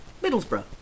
Middlesbrough